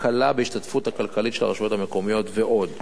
הקלה בהשתתפות הכלכלית של הרשויות המקומיות ועוד.